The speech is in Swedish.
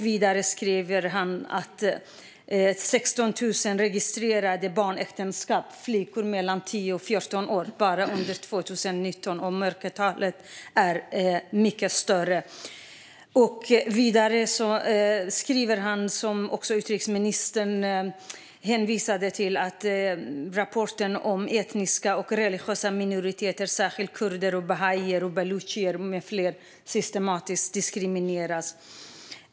Vidare skriver han att 16 000 barnäktenskap, med flickor mellan 10 och 14 år, registrerats bara under 2019. Mörkertalet är mycket stort. Vidare skriver han i rapporten, som också utrikesministern hänvisade till, att etniska och religiösa minoriteter, särskilt kurder, bahaier och balucher med flera, systematiskt diskrimineras.